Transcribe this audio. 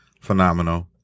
phenomenal